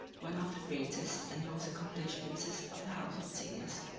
one of the greatest and most accomplished princes of the house of zingis,